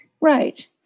Right